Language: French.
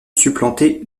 supplanté